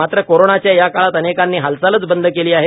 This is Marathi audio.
मात्र कोरोनाच्या या काळात अनेकांनी हालचालच बंद केली आहे